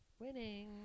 Winning